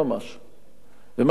ומה מדינת ישראל עושה?